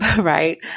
right